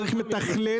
צריך מתכלל